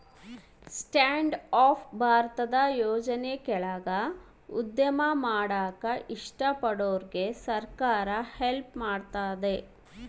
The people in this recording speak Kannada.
ಸ್ಟ್ಯಾಂಡ್ ಅಪ್ ಭಾರತದ ಯೋಜನೆ ಕೆಳಾಗ ಉದ್ಯಮ ಮಾಡಾಕ ಇಷ್ಟ ಪಡೋರ್ಗೆ ಸರ್ಕಾರ ಹೆಲ್ಪ್ ಮಾಡ್ತತೆ